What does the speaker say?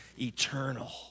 Eternal